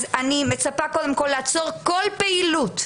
אז אני מצפה קודם כל לעצור כל פעילות,